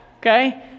okay